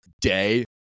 day